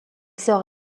sort